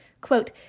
Quote